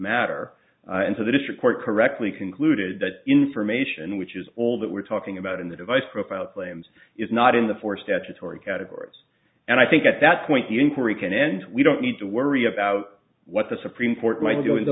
matter and so the district court correctly concluded that information which is all that we're talking about in the device profile claims is not in the four statutory categories and i think at that point the inquiry can end we don't need to worry about what the supreme court might do in